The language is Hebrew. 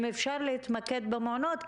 אם אפשר להתמקד במעונות,